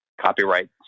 copyright